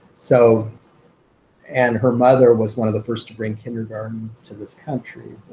so and her mother was one of the first to bring kindergarten to this country,